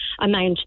amount